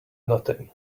nothing